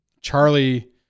Charlie